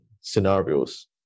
scenarios